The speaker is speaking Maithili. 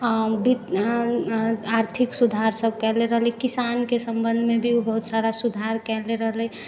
आर्थिक सुधार सब कैले रहलै किसानके सम्बन्धमे भी ओ बहुत सारा सुधार कैले रहले